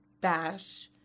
bash